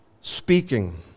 speaking